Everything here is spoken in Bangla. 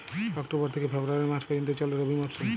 অক্টোবর থেকে ফেব্রুয়ারি মাস পর্যন্ত চলে রবি মরসুম